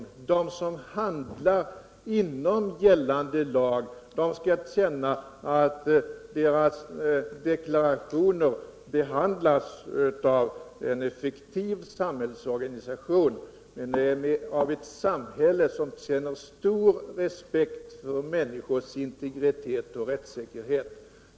De som handlar inom gällande lag skall kunna känna att deras deklarationer behandlas av en effektiv organisation i ett samhälle som känner stor respekt för människors integritet och rättssäkerhet.